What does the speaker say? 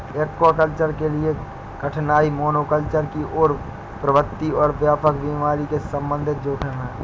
aquaculture के लिए कठिनाई मोनोकल्चर की ओर प्रवृत्ति और व्यापक बीमारी के संबंधित जोखिम है